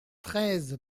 treize